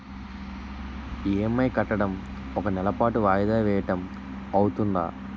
EMI కట్టడం ఒక నెల పాటు వాయిదా వేయటం అవ్తుందా?